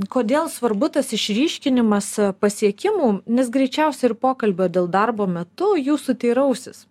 kodėl svarbu tas išryškinimas pasiekimų nes greičiausiai ir pokalbio dėl darbo metu jūsų teirausis